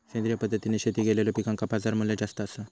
सेंद्रिय पद्धतीने शेती केलेलो पिकांका बाजारमूल्य जास्त आसा